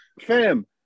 fam